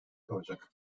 kalacak